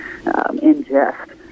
ingest